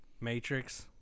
Matrix